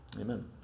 Amen